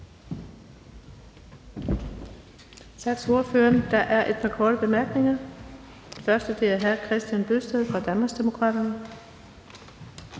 Tak til ordføreren. Der er et par korte bemærkninger. Først er det fra hr. Kristian Bøgsted fra Danmarksdemokraterne.